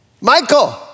Michael